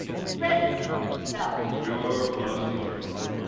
president himself. sure, flossy, sure.